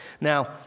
Now